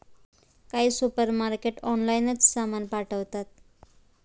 काही सुपरमार्केट ऑनलाइनच सामान पाठवतात